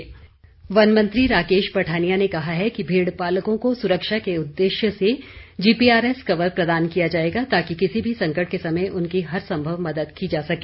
राकेश पठानिया वन मंत्री राकेश पठानिया ने कहा है कि भेड़पालकों को सुरक्षा के उददेश्य से जीपीआरएस कवर प्रदान किया जाएगा ताकि किसी भी संकट के समय उनकी हरसंभव मदद की जा सके